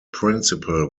principal